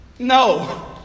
No